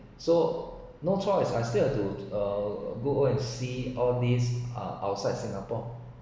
so no choice I still have to uh go and see all these uh outside singapore